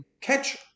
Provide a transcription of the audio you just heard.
catch